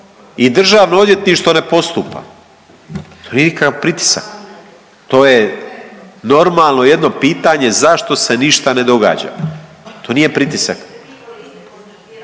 i Državno odvjetništvo ne postupa, to nije nikakav pritisak. To je normalno jedno pitanje zašto se ništa ne događa. To nije pritisak,